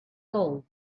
gold